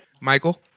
Michael